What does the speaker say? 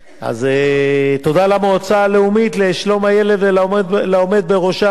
רוצה להודות למועצה הלאומית לשלום הילד ולעומד בראשה,